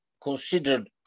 considered